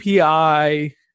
API